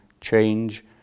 change